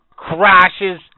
Crashes